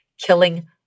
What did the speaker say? killing